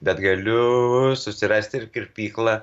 bet galiu susirasti ir kirpyklą